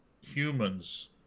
humans